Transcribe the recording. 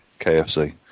KFC